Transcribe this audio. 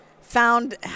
found